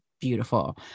beautiful